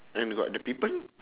and got the people